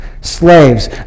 Slaves